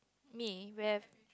me we have